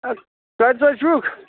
کَتہِ سا چھُکھ